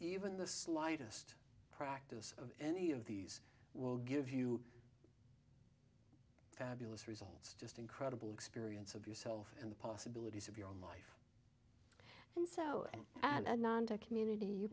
even the slightest practice of any of these will give you fabulous results just incredible experience of yourself and the possibilities of your own in south and nanda community you